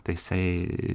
tai jisai